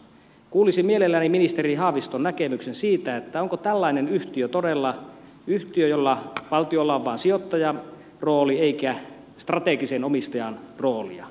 kuulisin mielelläni ministeri haaviston näkemyksen siitä onko tällainen yhtiö todella yhtiö jossa valtiolla on vain sijoittajarooli eikä strategisen omistajan roolia